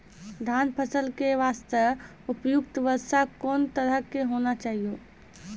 धान फसल के बास्ते उपयुक्त वर्षा कोन तरह के होना चाहियो?